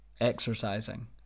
exercising